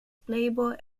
playboy